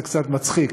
זה קצת מצחיק.